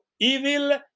evil